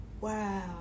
Wow